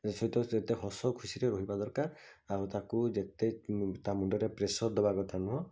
ୟା ସହିତ ଯେତେ ହସଖୁସିରେ ରହିବା ଦରକାର ଆଉ ତାକୁ ଯେତେ ତା' ମୁଣ୍ଡରେ ପ୍ରେସର୍ ଦେବା କଥା ନୁହଁ